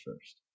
first